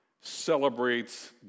celebrates